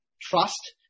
trust